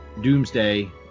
Doomsday